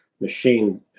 machine